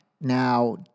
Now